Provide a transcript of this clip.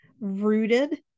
rooted